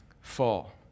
fall